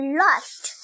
lost